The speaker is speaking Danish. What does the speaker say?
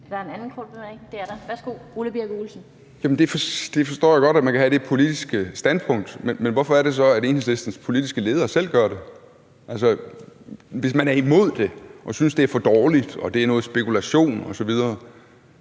Olesen. Kl. 19:44 Ole Birk Olesen (LA): Jamen jeg forstår godt, at man kan have det politiske standpunkt, men hvorfor er det så, at Enhedslistens politiske leder selv gør det? Hvis man er imod det og synes, at det er for dårligt, og at det er noget spekulation osv.,